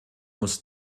muss